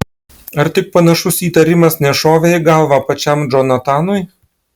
ar tik panašus įtarimas nešovė į galvą pačiam džonatanui